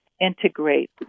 integrate